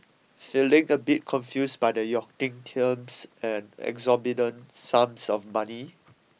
feeling a bit confused by the yachting terms and exorbitant sums of money